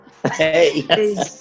Hey